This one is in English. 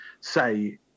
say